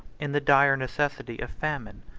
in the dire necessity of famine,